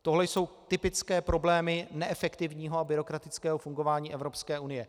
Tohle jsou typické problémy neefektivního a byrokratického fungování Evropské unie.